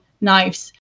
knives